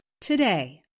today